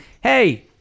Hey